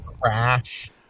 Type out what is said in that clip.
Crash